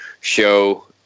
show